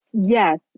Yes